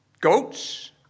Goats